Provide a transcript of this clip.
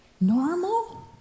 normal